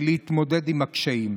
להתמודד עם הקשיים.